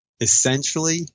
essentially